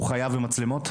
הוא חייב במצלמות?